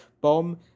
bomb